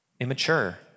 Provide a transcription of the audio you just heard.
immature